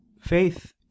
faith